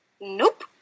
nope